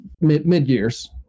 mid-years